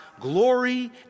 glory